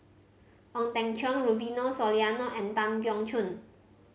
Ong Teng Cheong Rufino Soliano and Tan Keong Choon